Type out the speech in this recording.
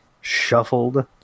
shuffled